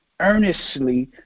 Earnestly